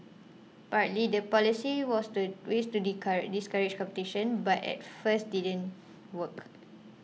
partly the policy was to great to discourage discourage competition but at first didn't work